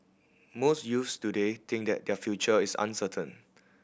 most youths today think that their future is uncertain